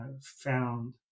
found